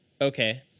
Okay